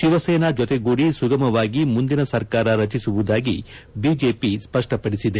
ಶಿವಸೇನಾ ಜೊತೆಗೂಡಿ ಸುಗುಮವಾಗಿ ಮುಂದಿನ ಸರ್ಕಾರ ರಚಿಸುವುದಾಗಿ ಬಿಜೆಪಿ ಸ್ಪಷ್ಟ ಪಡಿಸಿದೆ